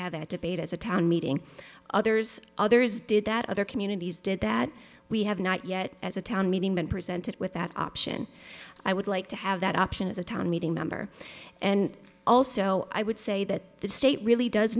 have that debate as a town meeting others others did that other communities did that we have not yet as a town meeting been presented with that option i would like to have that option as a town meeting member and also i would say that the state really does